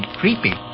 creepy